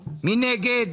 הקרדיט.